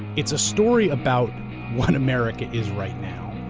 it's a story about what america is right now,